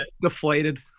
deflated